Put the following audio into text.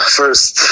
first